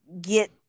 get